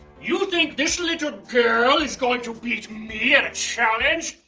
you think this little girl is going to beat me at a challenge?